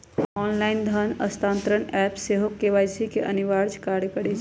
online धन स्थानान्तरण app सेहो के.वाई.सी के अनिवार्ज करइ छै